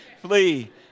Flee